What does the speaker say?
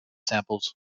samples